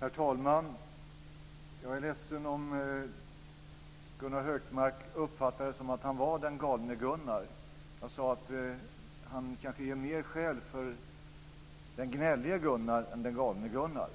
Herr talman! Jag är ledsen om Gunnar Hökmark uppfattade det som att han var Galne Gunnar. Jag sade att han kanske ger mer skäl för att vara Gnällige Gunnar än Galne Gunnar.